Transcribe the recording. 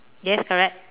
yes correct